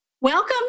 Welcome